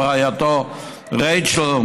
ורעייתו רייצ'ל,